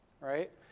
right